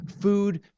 food